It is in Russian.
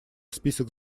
список